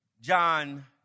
John